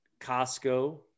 Costco